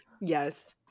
yes